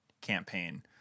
campaign